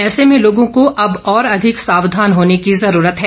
ऐसे में लोगों को अब और अधिक सावधान होने की जरूरत है